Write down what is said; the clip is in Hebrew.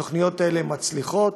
התוכניות האלה מצליחות,